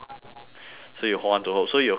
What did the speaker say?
so you will hold on to hope so you will continue